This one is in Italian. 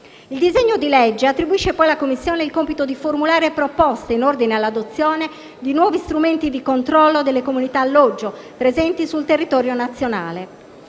Il disegno di legge attribuisce, poi, alla Commissione il compito di formulare proposte in ordine all'adozione di nuovi strumenti di controllo delle comunità alloggio presenti sul territorio nazionale,